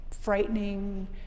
frightening